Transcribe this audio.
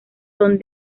son